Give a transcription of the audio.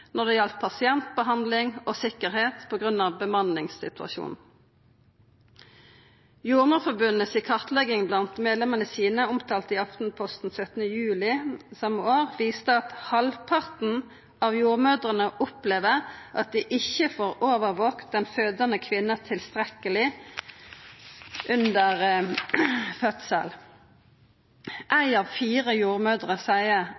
når det galdt pasientbehandling og sikkerheit på grunn av bemanningssituasjonen. Jordmorforbundet si kartlegging blant medlemene sine, omtalt i Aftenposten 17. juli same år, viste at halvparten av jordmødrene opplevde at dei ikkje får overvakt den fødande kvinna tilstrekkeleg under fødselen. Ei av fire jordmødrer seier